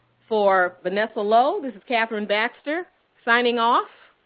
for vanessa lowe, this is kathryn baxter signing off.